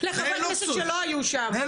על מה את מדברת?